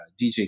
DJ